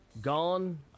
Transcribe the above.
Gone